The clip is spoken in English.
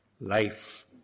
life